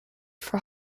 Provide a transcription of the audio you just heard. for